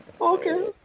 okay